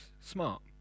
smart